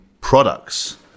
products